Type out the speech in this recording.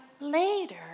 later